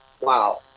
wow